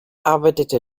arbeitete